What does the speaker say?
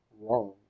wrong